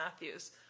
Matthews